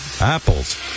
Apples